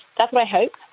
that's my hope.